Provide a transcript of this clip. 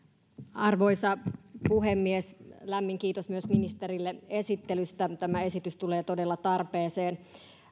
arvoisa puhemies lämmin kiitos myös ministerille esittelystä tämä esitys tulee todella tarpeeseen